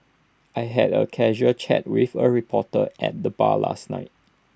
I had A casual chat with A reporter at the bar last night